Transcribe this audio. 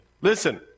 Listen